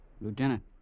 Lieutenant